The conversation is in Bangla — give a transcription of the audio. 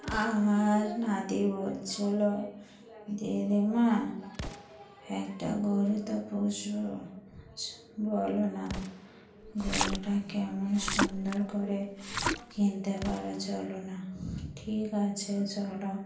আমার নাতি বলছিল দিদিমা একটা গরু তো পুষব বলো না গরুটা কেমন সুন্দর করে কিনতে পারো চলো না ঠিক আছে চলো